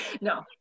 no